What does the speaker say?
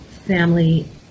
family